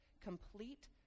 complete